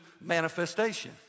manifestation